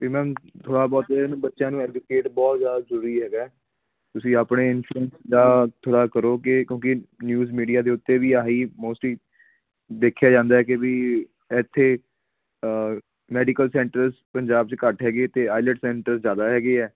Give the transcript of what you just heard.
ਅਤੇ ਮੈਮ ਥੋੜ੍ਹਾ ਬਹੁਤ ਇਹਨਾਂ ਨੂੰ ਬੱਚਿਆਂ ਨੂੰ ਐਜੂਕੇਟ ਬਹੁਤ ਜ਼ਿਆਦਾ ਜ਼ਰੂਰੀ ਹੈਗਾ ਤੁਸੀਂ ਆਪਣੇ ਦਾ ਥੋੜ੍ਹਾ ਕਰੋ ਕਿ ਕਿਉਂਕਿ ਨਿਊਜ਼ ਮੀਡੀਆ ਦੇ ਉੱਤੇ ਵੀ ਆਹੀ ਮੋਸਟਲੀ ਦੇਖਿਆ ਜਾਂਦਾ ਕਿ ਵੀ ਇੱਥੇ ਮੈਡੀਕਲ ਸੈਂਟਰਸ ਪੰਜਾਬ 'ਚ ਘੱਟ ਹੈਗੇ ਅਤੇ ਆਈਲੈਟਸ ਸੈਂਟਰ ਜ਼ਿਆਦਾ ਹੈਗੇ ਹੈ